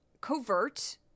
covert